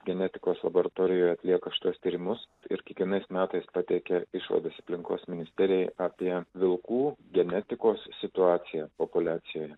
genetikos laboratorijoje atlieka šituos tyrimus ir kiekvienais metais pateikia išvadas aplinkos ministerijai apie vilkų genetikos situaciją populiacijoje